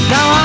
Now